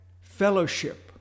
fellowship